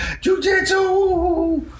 Jiu-jitsu